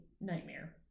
nightmare